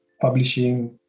publishing